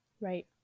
right